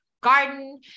garden